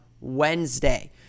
Wednesday